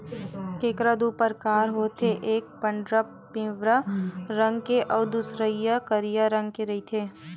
केंकरा दू परकार होथे एक पंडरा पिंवरा रंग के अउ दूसरइया करिया रंग के रहिथे